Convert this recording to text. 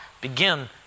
begin